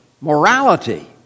morality